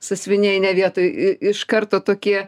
sąsiuviniai ne vietoj iš karto tokie